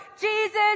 Jesus